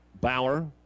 Bauer